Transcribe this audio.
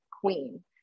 queen